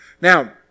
Now